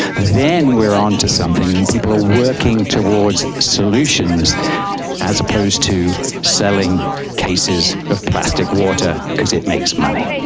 then we're on to something. and and people are working towards solutions as opposed to selling cases of plastic water because it makes money.